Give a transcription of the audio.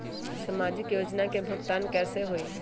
समाजिक योजना के भुगतान कैसे होई?